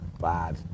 bad